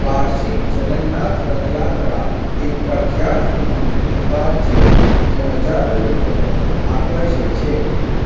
વાર્ષિક જગન્નાથ રથયાત્રા એક પ્રખ્યાત હિંદુ તહેવાર છે જે હજારો લોકોને આકર્ષે છે